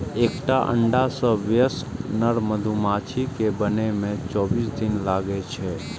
एकटा अंडा सं वयस्क नर मधुमाछी कें बनै मे चौबीस दिन लागै छै